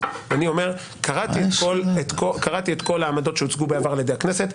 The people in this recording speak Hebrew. ואני אומר שקראתי את כל העמדות שהוצגו בעבר על ידי הכנסת,